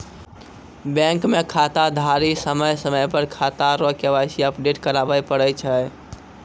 bank मे खाताधारी समय समय पर खाता रो के.वाई.सी अपडेट कराबै पड़ै छै